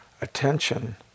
attention